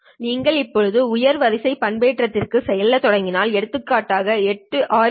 நீங்கள் இப்போது உயர் வரிசை பண்பேற்றத்திற்குச் செல்லத் தொடங்கினால் எடுத்துக்காட்டாக 8 ஆரி பி